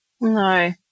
No